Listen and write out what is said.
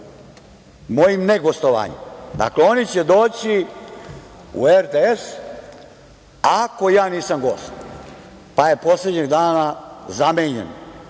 mojim ne gostovanjem. Dakle, oni će doći u RTS, ako ja nisam gost, pa je poslednjeg dana zamenjen